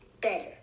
better